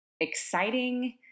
exciting